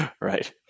Right